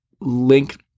link